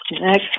Next